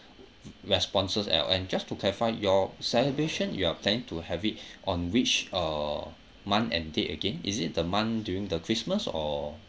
responses and and just to clarify your celebration you are planning to have it on which uh month and date again is it the month during the christmas or